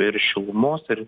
ir šilumos ir